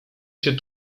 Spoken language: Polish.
się